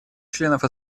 членов